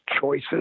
choices